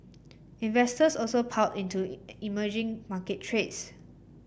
investors also piled into emerging market trades